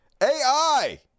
AI